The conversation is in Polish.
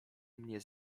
mnie